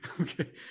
Okay